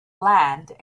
land